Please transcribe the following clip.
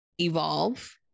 evolve